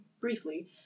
briefly